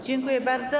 Dziękuję bardzo.